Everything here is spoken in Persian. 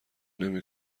نمی